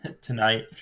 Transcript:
tonight